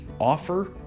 offer